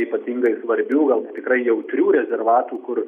ypatingai svarbių gal na tikrai jautrių rezervatų kur